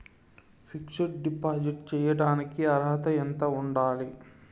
Fix డ్ deposit చేయటానికి అర్హత ఎంత ఉండాలి?